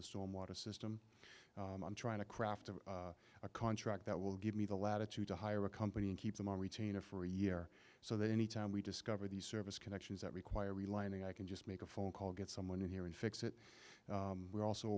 the stormwater system i'm trying to craft a contract that will give me the latitude to hire a company and keep them on retainer for a year so that any time we discover these service connections that require realigning i can just make a phone call get someone in here and fix it we're also